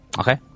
Okay